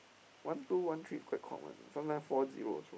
one two one three is quite common sometimes four zero also